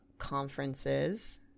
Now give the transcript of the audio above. Conferences